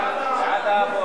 מה בעד?